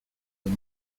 and